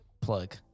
Plug